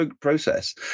process